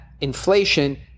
inflation